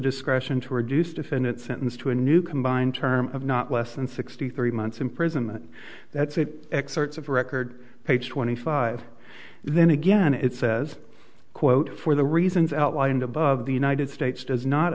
discretion to reduce defendant sentenced to a new combined term of not less than sixty three months imprisonment that's it excerpts of record page twenty five then again it says quote for the reasons outlined above the united states does not